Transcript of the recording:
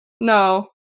no